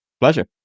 pleasure